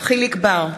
יחיאל חיליק בר,